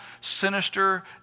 sinister